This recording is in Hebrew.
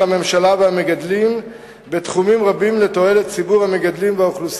2. האם ההיטל שנלקח מהמגדלים מיועד לטובת המגדלים ואיך?